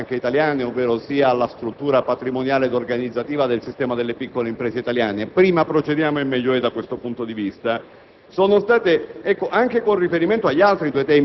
manifestate circa l'adeguatezza organizzativa delle banche italiane, ovvero la struttura patrimoniale e organizzativa del sistema delle piccole imprese italiane. Prima procediamo, meglio è, da questo punto di vista.